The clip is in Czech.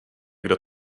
kdo